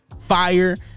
Fire